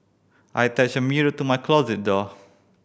I attached a mirror to my closet door